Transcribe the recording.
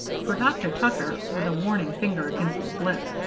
for dr. tucker, with a warning finger against his lips,